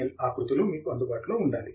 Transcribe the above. L ఆకృతిలో మీకు అందుబాటులో ఉండాలి